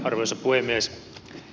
arvoisa puhemies